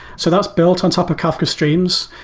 so that was built on top of kafka streams.